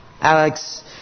Alex